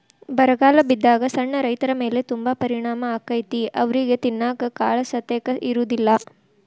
ಬರಗಾಲ ಬಿದ್ದಾಗ ಸಣ್ಣ ರೈತರಮೇಲೆ ತುಂಬಾ ಪರಿಣಾಮ ಅಕೈತಿ ಅವ್ರಿಗೆ ತಿನ್ನಾಕ ಕಾಳಸತೆಕ ಇರುದಿಲ್ಲಾ